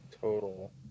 Total